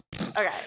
Okay